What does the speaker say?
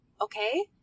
Okay